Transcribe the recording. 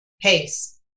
pace